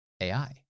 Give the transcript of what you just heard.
AI